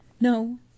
No